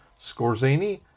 Scorzini